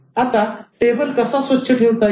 आता टेबल कसा स्वच्छ ठेवता येईल